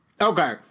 okay